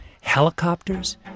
Helicopters